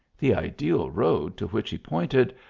the ideal road to which he pointed,